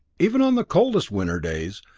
even on the coldest winter days,